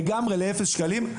לגמרי לאפס שקלים.